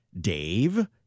dave